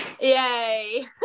Yay